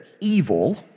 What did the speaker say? evil